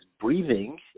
breathing